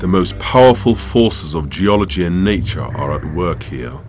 the most powerful forces of geology in nature work here